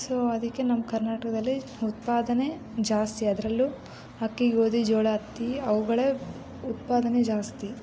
so ಅದಿಕ್ಕೆ ನಮ್ಮ ಕರ್ನಾಟಕದಲ್ಲಿ ಉತ್ಪಾದನೆ ಜಾಸ್ತಿ ಅದರಲ್ಲೂ ಅಕ್ಕಿ ಗೋಧಿ ಜೋಳ ಹತ್ತಿ ಅವುಗಳ ಉತ್ಪಾದನೆ ಜಾಸ್ತಿ